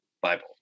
bible